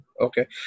Okay